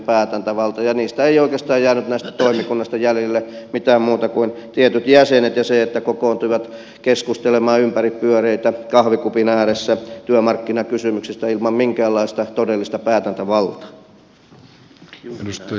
näistä toimikunnista ei oikeastaan jäänyt jäljelle mitään muuta kuin tietyt jäsenet ja se että he kokoontuivat keskustelemaan ympäripyöreitä työmarkkinakysymyksistä kahvikupin ääressä ilman minkäänlaista todellista päätäntävaltaa